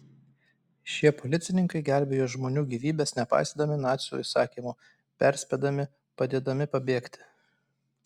šie policininkai gelbėjo žmonių gyvybes nepaisydami nacių įsakymų perspėdami padėdami pabėgti